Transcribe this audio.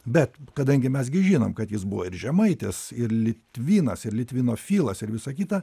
bet kadangi mes gi žinom kad jis buvo ir žemaitis ir litvinas ir litvinofilas ir visa kita